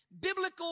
biblical